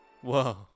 Whoa